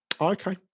Okay